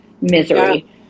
misery